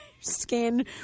Skin